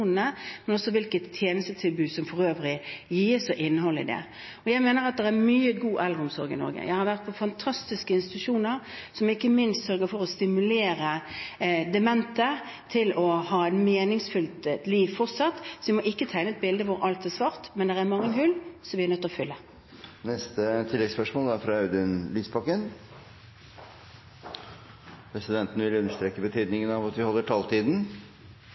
men også hvilket tjenestetilbud som for øvrig gis, og innholdet i det. Jeg mener at det er mye god eldreomsorg i Norge. Jeg har vært på fantastiske institusjoner, som ikke minst sørger for å stimulere demente til å ha et meningsfylt liv fortsatt, så vi må ikke tegne et bilde hvor alt er svart. Men det er mange hull, som vi er nødt til å fylle. Audun Lysbakken – til oppfølgingsspørsmål. Presidenten vil understreke betydningen av at vi holder taletiden.